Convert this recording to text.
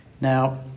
Now